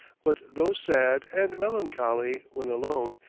but though sad and melancholy when alone,